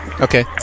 Okay